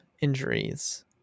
injuries